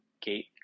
gate